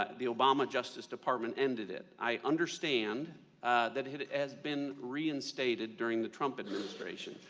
ah the obama justice department ended it. i understand that it has been reinstated during the trump administration.